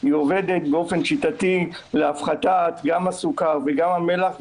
היא עובדת באופן שיטתי להפחתת גם הסוכר וגם המלח,